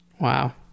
Wow